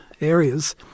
areas